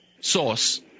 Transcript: source